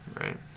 Right